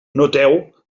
noteu